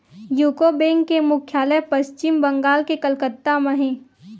UCO bank के मुख्यालय पस्चिम बंगाल के कलकत्ता म हे